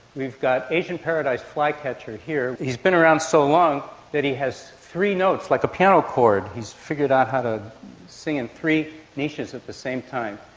we've got the asian paradise flycatcher here, he's been around so long that he has three notes like a piano chord, he's figured out how to sing in three niches at the same time.